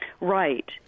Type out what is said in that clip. Right